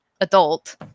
adult